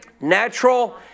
Natural